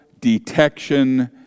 Detection